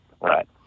Right